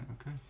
Okay